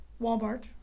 Walmart